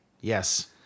Yes